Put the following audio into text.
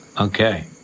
okay